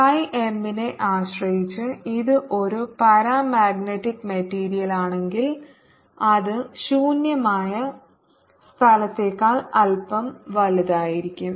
Chi m നെ ആശ്രയിച്ച് ഇത് ഒരു പാരാമാഗ്നറ്റിക് മെറ്റീരിയലാണെങ്കിൽ അത് ശൂന്യമായ സ്ഥലത്തേക്കാൾ അല്പം വലുതായിരിക്കും